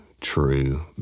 true